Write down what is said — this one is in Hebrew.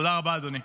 תודה רבה, אדוני.